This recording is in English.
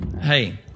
hey